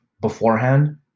beforehand